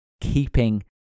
keeping